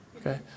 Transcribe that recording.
Okay